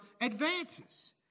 advances